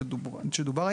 כשדובר,